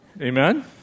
Amen